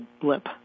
blip